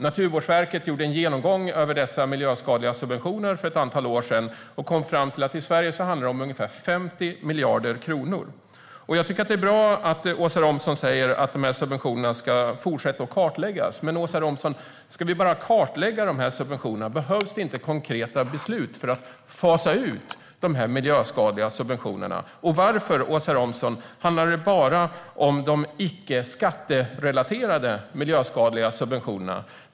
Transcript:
Naturvårdsverket gjorde en genomgång av dessa miljöskadliga subventioner för ett antal år sedan och kom fram till att det i Sverige handlar om ungefär 50 miljarder kronor. Jag tycker att det är bra att Åsa Romson säger att dessa subventioner ska fortsätta att kartläggas. Men ska vi bara kartlägga dem, Åsa Romson? Behövs det inte konkreta beslut för att fasa ut de miljöskadliga subventionerna? Varför handlar det bara om de icke skatterelaterade miljöskadliga subventionerna, Åsa Romson?